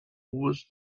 was